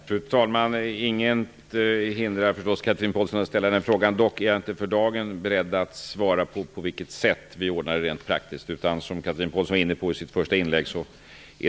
Fru talman! Ingenting hindrar förstås Chatrine Pålsson att ställa den frågan. Jag är dock inte beredd att för dagen svara på vilket sätt det kommer att ordnas rent praktiskt.